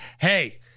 hey